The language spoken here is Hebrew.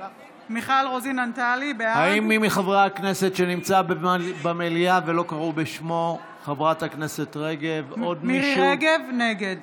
(קוראת בשם חברת הכנסת) מירי מרים רגב, נגד